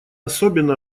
особенно